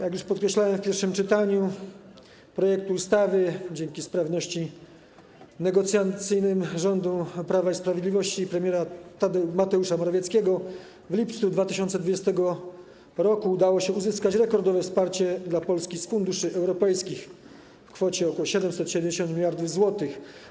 Jak już podkreślałem w pierwszym czytaniu projektu ustawy, dzięki sprawności negocjacyjnej rządu Prawa i Sprawiedliwości i premiera Mateusza Morawieckiego w lipcu 2020 r. udało się uzyskać rekordowe wsparcie dla Polski z Funduszy Europejskich w kwocie 770 mld zł.